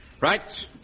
Right